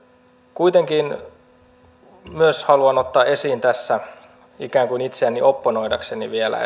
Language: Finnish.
kuitenkin haluan ottaa esiin myös ikään kuin itseäni opponoidakseni vielä